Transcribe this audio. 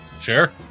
Sure